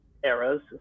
eras